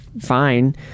fine